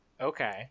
okay